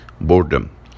boredom